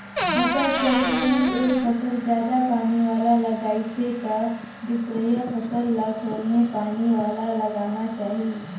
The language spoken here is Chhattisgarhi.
फसल चक्र में एक फसल जादा पानी वाला लगाइसे त दूसरइया फसल ल थोरहें पानी वाला लगाना चाही